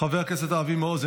חבר הכנסת אבי מעוז,